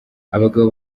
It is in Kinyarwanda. abagabo